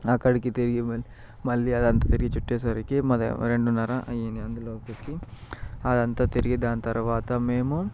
అక్కడికి తిరిగి మళ్ళీ అది అంతా తిరిగి చుట్టేసరికి మళ్ళీ ఒక రెండున్నర అయ్యింది అందులోపలికి అది అంతా తిరిగి దాని తరువాత మేము